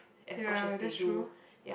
ya that's true